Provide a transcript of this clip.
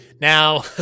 Now